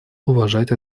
уважать